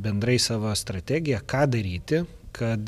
bendrai savo strategiją ką daryti kad